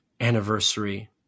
anniversary